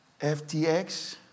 FTX